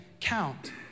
count